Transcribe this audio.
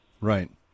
Right